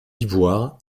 ivoire